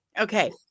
Okay